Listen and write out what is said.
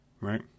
right